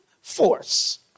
force